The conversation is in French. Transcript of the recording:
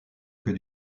que